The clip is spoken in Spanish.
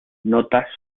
notas